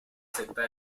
secta